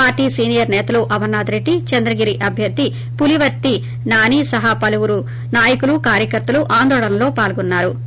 party senior సేతలు అమర్నాథ్రెడ్డి చంద్రగిరి అభ్యర్థి పులీవర్తి నాని సహా పలువురు నాయకులు కార్యకర్తలు ఆందోళనలో పాల్గొన్నారు